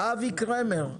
אבי קרמר.